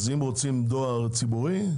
אם רוצים דואר ציבורי,